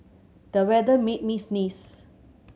the weather made me sneeze